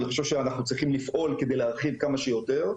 אני חושב שאנחנו צריכים לפעול כדי להרחיב כמה שיותר,